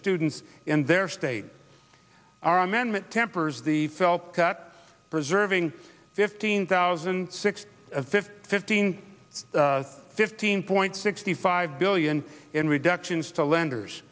students in their state our amendment tempers the felt at preserving fifteen thousand six hundred fifteen fifteen point sixty five billion in reductions to lenders